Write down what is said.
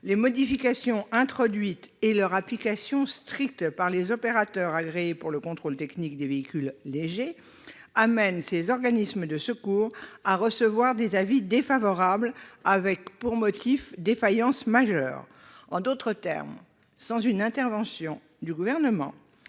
Les modifications introduites et leur application stricte par les opérateurs agréés pour le contrôle technique des véhicules légers amènent les organismes de secours à recevoir des avis défavorables, pour motif de « défaillance majeure ». En d'autres termes, sans une intervention du Gouvernement,